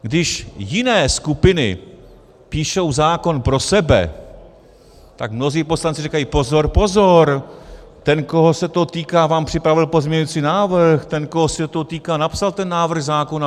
Když jiné skupiny píšou zákon pro sebe, tak mnozí poslanci říkají: pozor, pozor, ten, koho se to týká, vám připravil pozměňovací návrh, ten, koho se to týká, napsal ten návrh zákona.